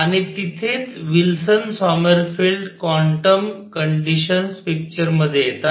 आणि तिथेच Wilson Sommerfeld quantum conditions picture मध्ये येतात